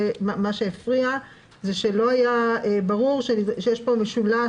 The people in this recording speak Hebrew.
מה שהפריע זה שלא היה ברור שיש פה משולש